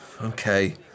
Okay